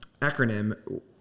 acronym